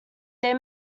their